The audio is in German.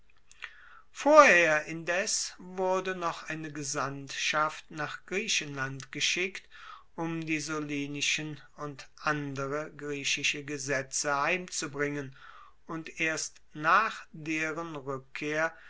vorher indes wurde noch eine gesandtschaft nach griechenland geschickt um die solonischen und andere griechische gesetze heimzubringen und erst nach deren rueckkehr